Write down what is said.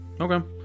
Okay